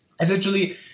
Essentially